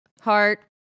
heart